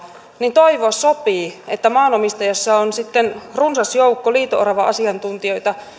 niin toivoa sopii että maanomistajissa on sitten runsas joukko liito orava asiantuntijoita